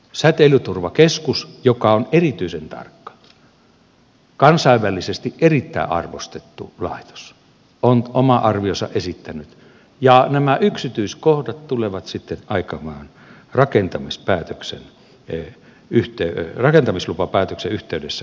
säteilyturvakeskus joka on erityisen tarkka kansainvälisesti erittäin arvostettu laitos on oman arvionsa esittänyt ja nämä yksityiskohdat tulevat sitten aikanaan rakentamislupapäätöksen yhteydessä käsittelyyn